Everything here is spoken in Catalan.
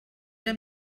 era